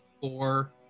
four